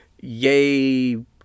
yay